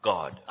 God